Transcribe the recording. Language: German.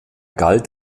galt